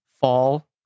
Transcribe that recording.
fall